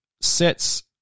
sets